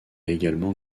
également